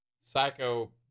Psycho